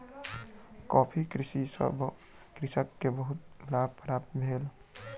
coffee कृषि सॅ कृषक के बहुत लाभ प्राप्त भेल